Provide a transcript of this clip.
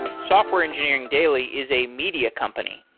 software engineering daily is a media company,